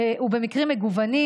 ובמקרים מגוונים,